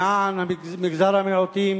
למען מגזר המיעוטים